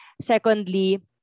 Secondly